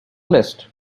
list